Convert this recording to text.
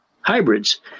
hybrids